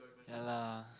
ya lah